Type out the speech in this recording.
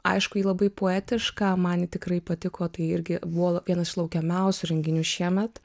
aišku ji labai poetiška man ji tikrai patiko tai irgi buvo vienas iš laukiamiausių renginių šiemet